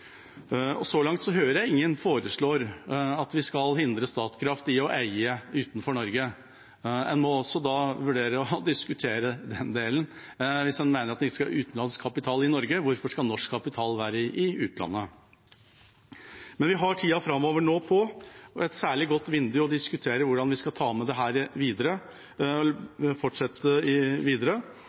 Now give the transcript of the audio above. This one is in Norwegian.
Så langt har jeg ikke hørt noen foreslå at vi skal hindre Statkraft i å eie utenfor Norge. En må vurdere å diskutere den delen. Hvis en mener at det ikke skal være utenlandsk kapital i Norge, hvorfor skal da norsk kapital være i utlandet? Vi har tida framover nå – et særlig godt vindu – til å diskutere hvordan vi skal fortsette dette videre. Samtidig kommer det